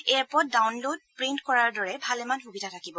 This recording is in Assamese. এই এপত ডাউনলোড প্ৰিণ্ট কৰাৰ দৰে ভালেমান সুবিধা থাকিব